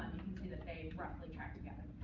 see that they roughly track together.